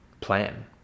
plan